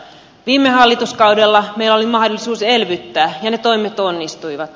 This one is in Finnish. viime hallituskaudella meillä oli mahdollisuus elvyttää ja ne toimet onnistuivat